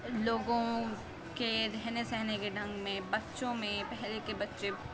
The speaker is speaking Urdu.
لوگوں کے رہنے سہنے کے ڈھنگ میں بچوں میں پہلے کے بچے